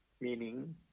meaning